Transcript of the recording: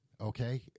okay